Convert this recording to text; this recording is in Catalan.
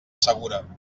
segura